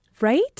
Right